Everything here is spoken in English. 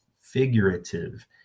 figurative